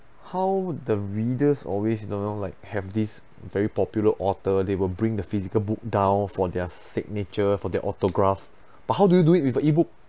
how the readers always you know like have this very popular author they will bring the physical book down for their signature for their autograph but how do you do it with a E_book